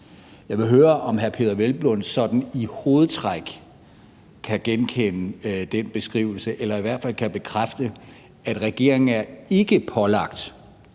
Jeg vil høre, om hr. Peder Hvelplund sådan i hovedtræk kan genkende den beskrivelse, eller om han i hvert fald kan bekræfte, at regeringen ikke er pålagt